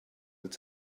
that